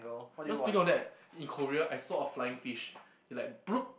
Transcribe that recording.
you all still know that in Korea I saw a flying fish that like bloop